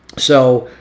so,